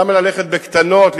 למה ללכת בקטנות?